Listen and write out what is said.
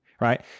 Right